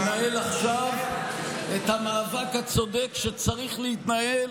צריך לנהל עכשיו את המאבק הצודק שצריך להתנהל